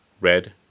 red